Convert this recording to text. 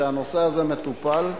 שהנושא הזה מטופל,